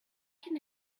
can